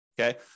Okay